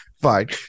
Fine